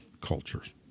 cultures